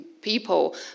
people